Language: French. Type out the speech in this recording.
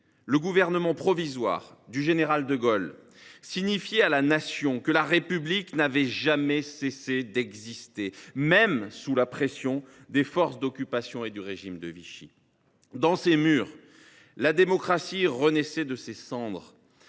le gouvernement provisoire du général de Gaulle signifiait à la Nation que la République n’avait jamais cessé d’exister, même sous la pression des forces d’occupation et du régime de Vichy. Dans ces murs, la démocratie renaissait de ses cendres,